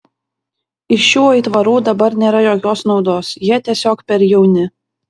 iš šių aitvarų dabar nėra jokios naudos jie tiesiog per jauni